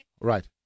Right